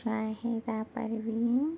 Shahida Parveen